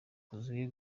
kuzuye